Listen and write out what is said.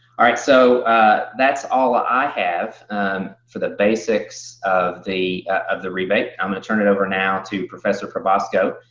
all right, so that's all i have for the basics of the of the rebate. i'm going to turn it over now to professor probasco.